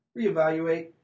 reevaluate